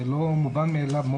זה לא מובן מאליו,